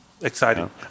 exciting